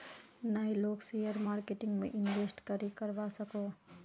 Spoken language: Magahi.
नय लोग शेयर मार्केटिंग में इंवेस्ट करे करवा सकोहो?